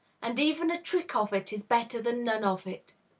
and even a trick of it is better than none of it.